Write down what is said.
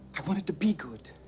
i wanted to be good.